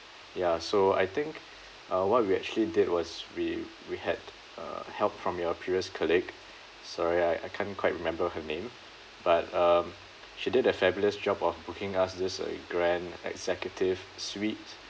ya so I think uh what we actually did was we we had uh help from your previous colleague sorry I I can't quite remember her name but um she did a fabulous job of booking us this uh grand executive suite